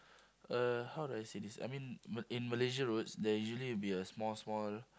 uh how do I say this I mean in in Malaysia roads there usually be a small small